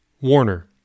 Warner